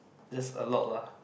that's a lot lah